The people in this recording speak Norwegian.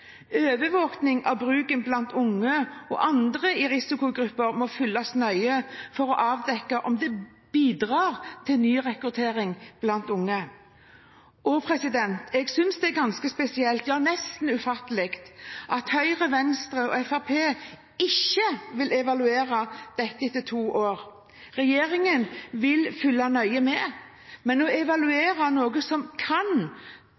av bruken blant unge og andre i risikogrupper må følges nøye for å avdekke om det bidrar til nyrekruttering. Jeg synes det er ganske spesielt, ja nesten ufattelig, at Høyre, Venstre og Fremskrittspartiet ikke vil evaluere dette etter to år. Regjeringen vil følge nøye med, men å evaluere noe som kan